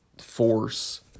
force